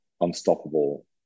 unstoppable